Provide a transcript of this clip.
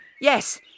Yes